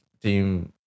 team